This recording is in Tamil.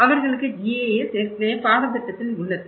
அவர்களுக்கு GIS ஏற்கனவே பாடத்திட்டத்தில் உள்ளது